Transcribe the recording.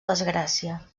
desgràcia